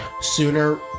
sooner